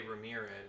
Ramirez